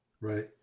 Right